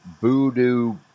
voodoo